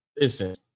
listen